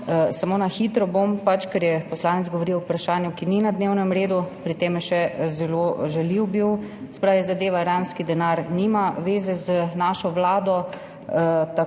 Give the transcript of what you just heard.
Samo na hitro bom, ker je poslanec govoril o vprašanju, ki ni na dnevnem redu, pri tem je bil še zelo žaljiv. Se pravi, zadeva iranski denar nima zveze z našo vlado. Bila